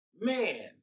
man